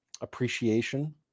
appreciation